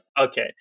okay